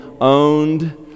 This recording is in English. owned